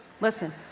Listen